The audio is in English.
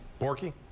Borky